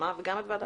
וגם את ועדת הפנים,